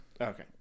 Okay